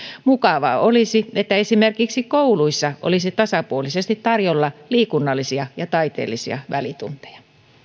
mukavaa olisi että esimerkiksi kouluissa olisi tasapuolisesti tarjolla liikunnallisia ja taiteellisia välitunteja